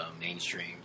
mainstream